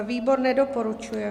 Výbor nedoporučuje.